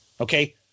okay